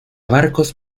barcos